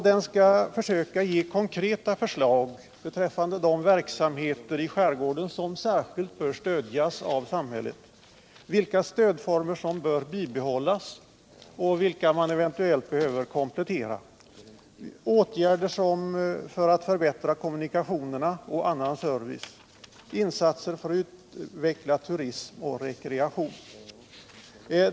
Den skall försöka ge konkreta förslag beträffande de verksamheter i skärgården som särskilt bör stödjas av samhället, vilka stödformer som bör bibehållas och vilka som eventuellt behöver kompletteras, åtgärder för att förbättra kommunikationerna och annan service, insatser för att utveckla turism och rekreation.